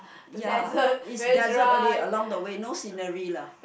ya it's desert only along the way no scenery lah